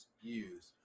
use